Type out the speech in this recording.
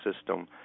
system